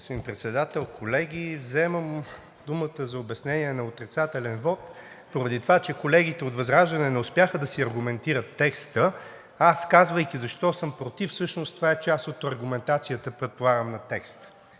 Председател, колеги. Вземам думата за обяснение на отрицателен вот поради това, че колегите от ВЪЗРАЖДАНЕ не успяха да си аргументират текста. Аз, казвайки защо съм против, всъщност това е част от аргументацията, предполагам, на текста.